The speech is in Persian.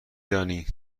دانی